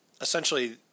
essentially